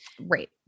Right